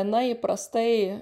na įprastai